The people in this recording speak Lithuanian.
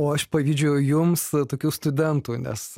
o aš pavydžiu jums tokių studentų nes